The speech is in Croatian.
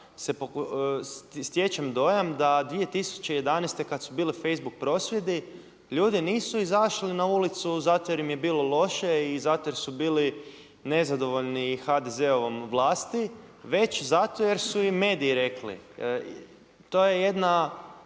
stječem dojam da 2011. kada su bili facebook prosvjedi ljudi nisu izašli na ulicu zato jer im je bilo loše i zato jer su bili nezadovoljni HDZ-ovom vlasti već zato jer su im mediji rekli. To je jedna